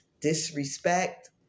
Disrespect